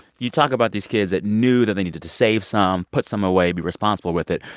you talk about these kids that knew that they needed to save some, put some away, be responsible with it.